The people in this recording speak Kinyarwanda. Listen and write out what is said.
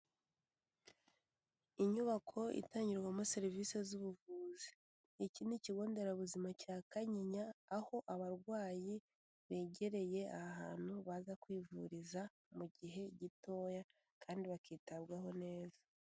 Inyubako itangirwamo serivisi z'ubuvuzi, iki ni ikigo nderabuzima cya Kanyinya aho abarwayi begereye aha hantu baza kwivuriza mu gihe gitoya kandi bakitabwaho neza.